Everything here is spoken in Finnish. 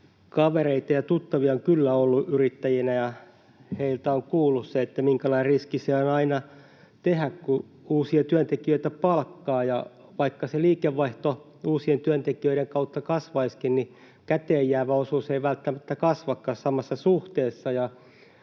Kavereita ja tuttavia on kyllä ollut yrittäjinä, ja heiltä olen kuullut sen, minkälainen riski se on aina, kun uusia työntekijöitä palkkaa. Ja vaikka se liikevaihto uusien työntekijöiden kautta kasvaisikin, niin käteenjäävä osuus ei välttämättä kasvakaan samassa suhteessa